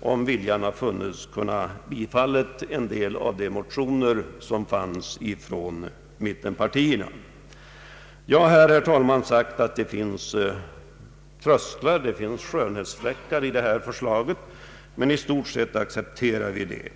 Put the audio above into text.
om viljan hade funnits, kunnat tillstyrka en del av motionerna från mittenpartierna. Det finns trösklar och skönhetsfläckar i regeringsförslaget, men i stort sett accepterar vi det.